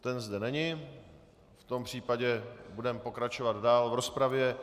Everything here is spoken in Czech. Ten zde není, v tom případě budeme pokračovat dál v rozpravě.